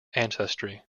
ancestry